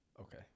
Okay